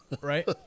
right